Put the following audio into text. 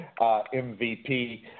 MVP